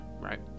right